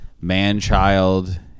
man-child